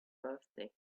birthday